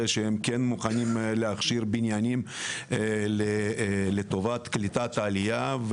ושהם כן מוכנים להכשיר בניינים לטובת קליטת עלייה.